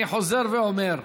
אני חוזר ואומר,